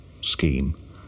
scheme